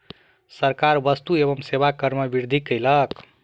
सरकार वस्तु एवं सेवा कर में वृद्धि कयलक